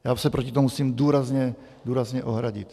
Já se proti tomu musím důrazně, důrazně ohradit.